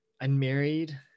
unmarried